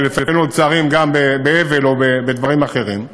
ולפעמים לצערי גם באבל או בדברים אחרים,